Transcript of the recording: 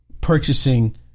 purchasing